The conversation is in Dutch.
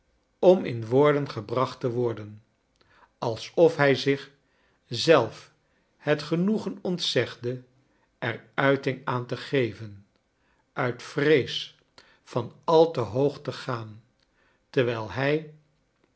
om in woorden gebracht te worden alsof hij zich zelf het genoegen ontzegde er uiting aan te geven uit vrees van al te hoog te gaan terwijl hij